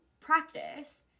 practice